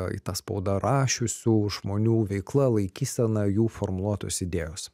į tą spaudą rašiusių žmonių veikla laikysena jų formuluotos idėjos